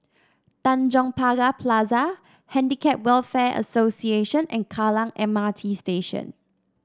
Tanjong Pagar Plaza Handicap Welfare Association and Kallang M R T Station